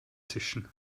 zischen